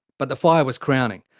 but the fire was crowning,